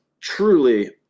truly